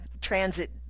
transit